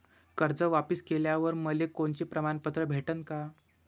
कर्ज वापिस केल्यावर मले कोनचे प्रमाणपत्र भेटन का?